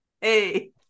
Hey